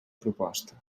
proposta